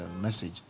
message